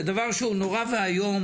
זה דבר שהוא נורא ואיום.